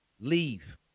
Leave